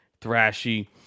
thrashy